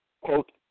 quote